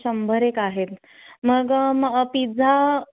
शंभर एक आहेत मग मग पिझ्झा